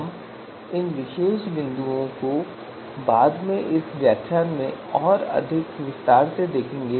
हम इन विशेष पहलुओं को बाद में इस व्याख्यान में और अधिक विस्तार से देखेंगे